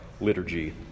liturgy